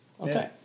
Okay